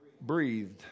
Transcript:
breathed